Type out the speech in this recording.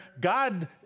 God